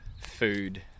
food